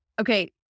Okay